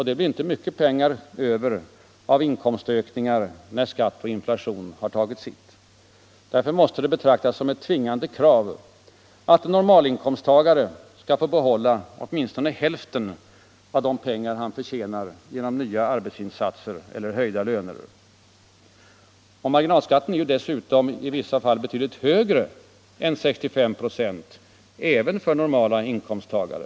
Det blir inte mycket pengar över av inkomstökningar när skatt och inflation har tagit sitt. Därför måste det betraktas som ett tvingande krav att en normalinkomsttagare skall få behålla åtminstone hälften av de pengar han förtjänar genom nya arbetsinsatser eller höjda löner. Och marginalskatten är dessutom i vissa fall betydligt högre än 65 96 även för normala inkomsttagare.